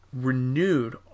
renewed